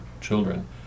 children